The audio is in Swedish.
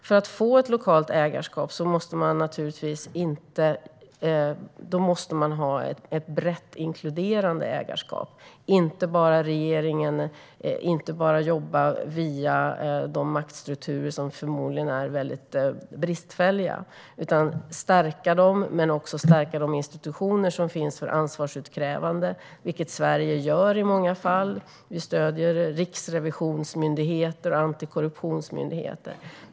För att få ett lokalt ägarskap måste man ha ett brett inkluderande ägarskap. Det får inte bara handla om regeringen och att man bara jobbar via de maktstrukturer som finns och som förmodligen är bristfälliga. Man ska stärka dem, men man ska också stärka de institutioner som finns för ansvarsutkrävande. Det gör Sverige i många fall. Vi stöder riksrevisionsmyndigheter och antikorruptionsmyndigheter.